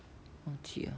忘记了